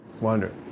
Wonder